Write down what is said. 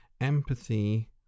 empathy